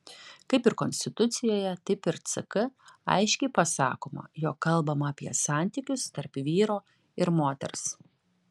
kaip ir konstitucijoje taip ir ck aiškiai pasakoma jog kalbama apie santykius tarp vyro ir moters